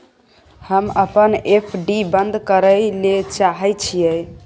हम अपन एफ.डी बंद करय ले चाहय छियै